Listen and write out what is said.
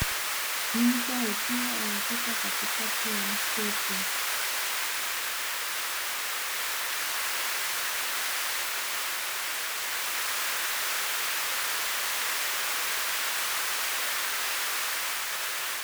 Mto ukiwa umepita katikati ya msitu.